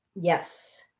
Yes